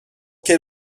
quel